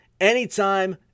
anytime